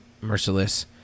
Merciless